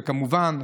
וכמובן,